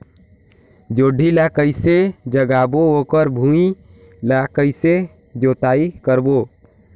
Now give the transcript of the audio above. जोणी ला कइसे लगाबो ओकर भुईं ला कइसे जोताई करबो?